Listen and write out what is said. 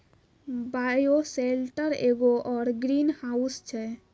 bioshelter एगो सौर greenhouse छै